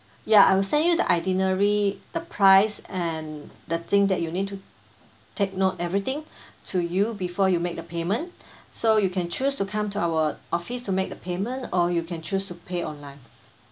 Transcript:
ya I will send you the itinerary the price and the thing that you need to take note everything to you before you make the payment so you can choose to come to our office to make the payment or you can choose to pay online